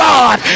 God